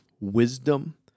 wisdom